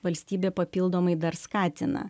valstybė papildomai dar skatina